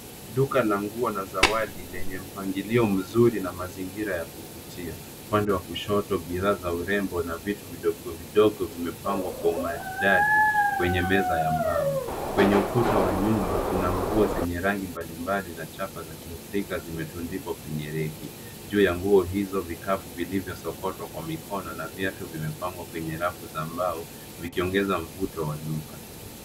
Duka la nguo na zawadi lenye mpangilio mzuri na mazingira ya kuvutia. Upande wa kushoto bidhaa za urembo na vitu vidogo vidogo vimepangwa kwa umaridadi, kwenye meza ya mbao. Kwenye ukuta wa nyuma, kuna nguo zenye rangi mbalimbali na chapa za kiafrika zimetundikwa kwenye reki. Juu ya nguo hizo vikapu vilivyosokotwa kwa mikono na viatu vimepangwa kwenye rafu za mbao vikiongeza mvuto wa duka.